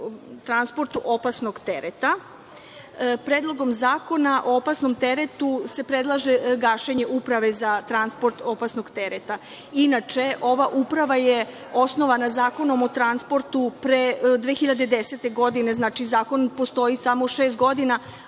transportu opasnog tereta. Predlogom zakona o opasnom teretu se predlaže gašenje Uprave za transport opasnog tereta. Inače, ova Uprava je osnovana Zakonom o transportu 2010. godine. Znači, zakon postoji samo šest godina,